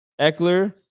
Eckler